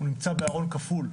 נמצא בארון כפול: